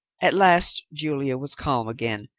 at last julia was calm again,